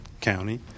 County